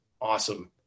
Awesome